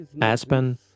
aspen